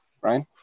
right